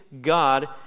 God